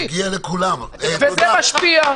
זה משפיע,